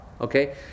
Okay